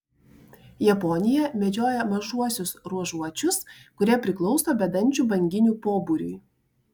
japonija medžioja mažuosiuos ruožuočius kurie priklauso bedančių banginių pobūriui